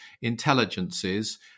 intelligences